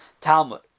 Talmud